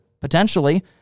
Potentially